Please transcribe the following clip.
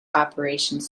operations